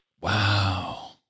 Wow